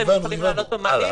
הם יכולים לעלות במעלית,